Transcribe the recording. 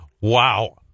Wow